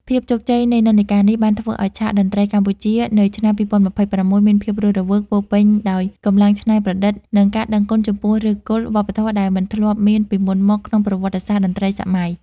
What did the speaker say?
ភាពជោគជ័យនៃនិន្នាការនេះ បានធ្វើឱ្យឆាកតន្ត្រីកម្ពុជានៅឆ្នាំ ២០២៦ មានភាពរស់រវើក ពោរពេញដោយកម្លាំងច្នៃប្រឌិត និងការដឹងគុណចំពោះឫសគល់វប្បធម៌ដែលមិនធ្លាប់មានពីមុនមកក្នុងប្រវត្តិសាស្ត្រតន្ត្រីសម័យ។